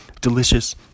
delicious